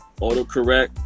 autocorrect